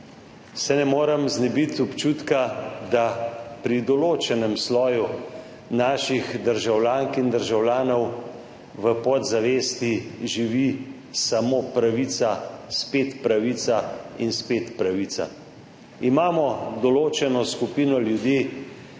se ne morem znebiti občutka, da pri določenem sloju naših državljank in državljanov v podzavesti živi samo pravica, spet pravica in spet pravica. Imamo določeno skupino ljudi,